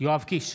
יואב קיש,